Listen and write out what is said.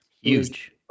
Huge